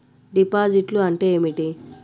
డిపాజిట్లు అంటే ఏమిటి?